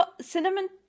Cinnamon